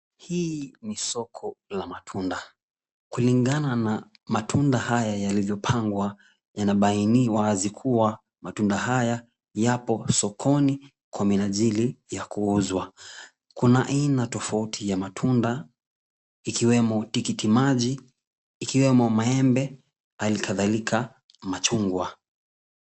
Hii ni soko la matunda. Kulingana na matunda haya yalivyopangwa, yanabaini wazi kuwa matunda haya yapo sokoni kwa minajili ya kuuzwa. Kuna aina tofauti ya matunda ikiwemo tikitimaji, ikiwemo maembe, hali kadhalika machungwa.